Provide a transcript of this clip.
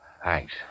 Thanks